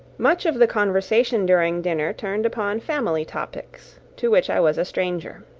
much of the conversation during dinner turned upon family topics, to which i was a stranger.